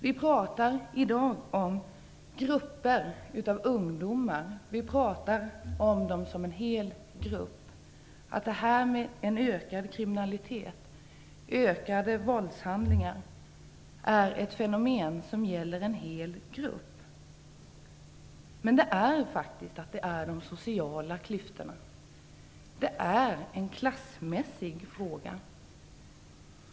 Vi talar i dag om grupper av ungdomar och vi talar om ungdomar som en hel grupp. Vi talar om att en ökad kriminalitet, ökade våldshandlingar, är ett fenomen som gäller en hel grupp. Det här har faktiskt att göra med de sociala klyftorna. Det är en klassmässig fråga.